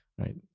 right